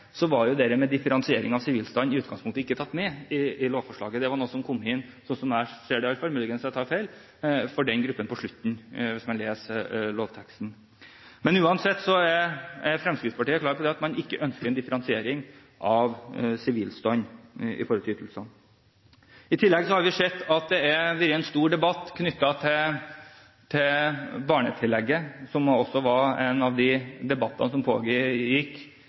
var dette med differensiering av sivilstand i utgangspunktet ikke tatt med i lovforslaget. Det var noe som kom inn – i alle fall sånn som jeg ser det, muligens tar jeg feil – for den gruppen på slutten, hvis man leser lovteksten. Men uansett er Fremskrittspartiet klar på at man ikke ønsker en differensiering av sivilstand når det gjelder ytelsene. I tillegg har vi sett at det har vært en stor debatt knyttet til barnetillegget, som var en av debattene som